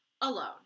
alone